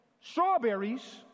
strawberries